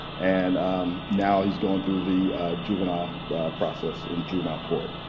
and now he's going through the juvenile process in juvenile court.